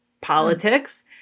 politics